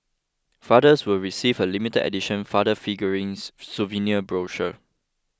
fathers will receive a limited edition Father Figurings souvenir brochure